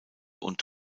und